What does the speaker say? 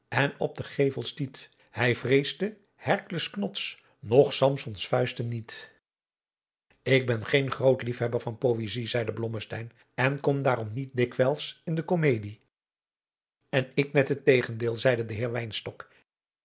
en op den gevel stiet hy vreesde herkles knods noch samsons vuisten niet ik ben geen groot liefhebber van poëzij zeide blommesteyn en kom daarom niet dikwijls in de komedie en ik net het tegendeel zeide de heer